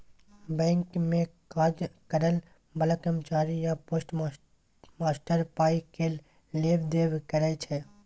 bank मे काज करय बला कर्मचारी या पोस्टमास्टर पाइ केर लेब देब करय छै